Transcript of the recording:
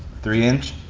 three-inch.